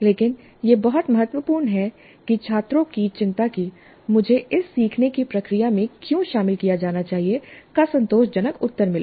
लेकिन यह बहुत महत्वपूर्ण है कि छात्रों की चिंता कि मुझे इस सीखने की प्रक्रिया में क्यों शामिल किया जाना चाहिए का संतोषजनक उत्तर मिले